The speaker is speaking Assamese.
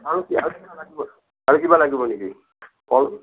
আৰু কি আৰু কিবা লাগিব আৰু কিবা লাগিব নেকি ফল